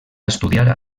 estudiar